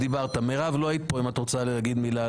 מירב, את רוצה לומר מילה על הנושא?